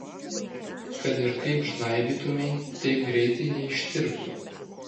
kad ir kaip žnaibytumei taip greitai neištirptų